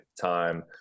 time